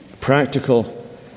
practical